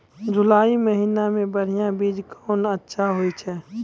जुलाई महीने मे बढ़िया बीज कौन अच्छा होय छै?